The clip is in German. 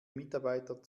mitarbeiter